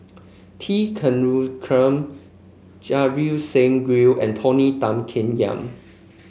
T Kulasekaram Ajit Singh Gill and Tony Tan Keng Yam